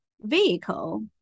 vehicle